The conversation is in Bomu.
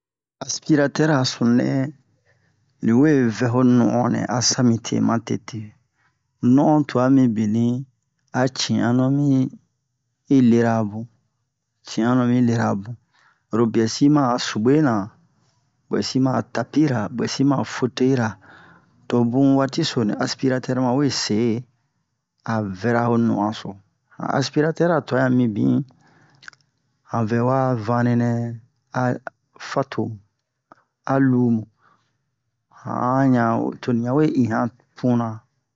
Aspiratɛr a sunu nɛ ni we vɛ ho no'on nɛ asa mite ma tete no'on twa mibini a ci'anu mi lera bun ci'anu mi lera bun oro bwɛ si ma'a subwe na bwɛ si ma'a tapira bwɛ si ma'a foteyira to bun waati so ni aspiratɛr ma we se a vɛra ho no'on so han aspiratɛr ra twa yan mibin han vɛwa vane nɛ a fato a lumu han yan toni yan we i han puna